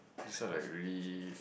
this one like really